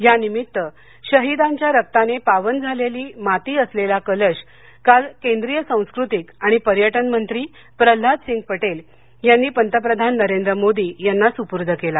या निमित्त शहिदांच्या रक्ताने पावन झालेली माती असलेला कलश काल केंद्रीय सांस्कृतिक आणि पर्यटन मंत्री प्रङ्गाद सिंघ पटेल यांनी पंतप्रधान नरेंद्र मोदी यांना सुपूर्द केला